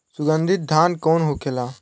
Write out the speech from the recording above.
सुगन्धित धान कौन होखेला?